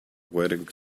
wearing